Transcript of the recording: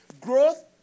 Growth